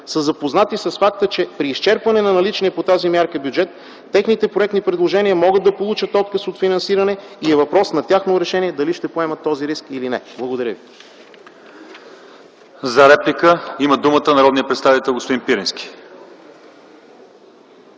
са запознати с факта, че при изчерпване на наличния по тази мярка бюджет техните проектни предложения могат да получат отказ от финансиране и е въпрос на тяхно решение дали ще поемат този риск или не. Благодаря ви. ПРЕДСЕДАТЕЛ ЛЪЧЕЗАР ИВАНОВ: За реплика има думата народният представител господин Пирински.